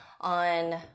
on